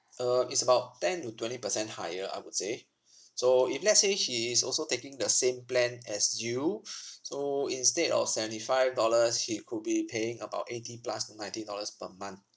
um it's about ten to twenty percent higher I would say so if let's say she is also taking the same plan as you so instead of seventy five dollars he could be paying about eighty plus to ninety dollars per month